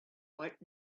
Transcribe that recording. what